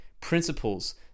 principles